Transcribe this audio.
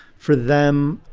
for them,